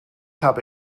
habe